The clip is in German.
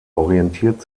orientiert